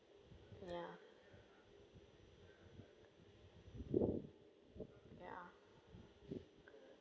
ya ya